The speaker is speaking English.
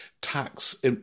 tax